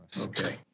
Okay